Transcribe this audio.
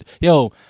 yo